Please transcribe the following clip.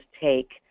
take